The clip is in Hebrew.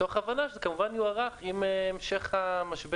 מתוך הבנה שזה כמובן יוארך עם המשך המשבר.